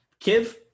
Kiv